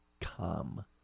Come